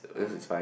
yeah